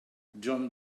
john